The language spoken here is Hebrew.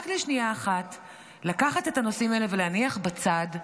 רק לשנייה אחת לקחת את הנושאים האלה ולהניח בצד,